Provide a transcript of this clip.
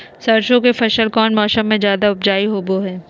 सरसों के फसल कौन मौसम में ज्यादा उपजाऊ होबो हय?